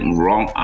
wrong